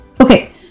Okay